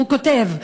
והוא כותב: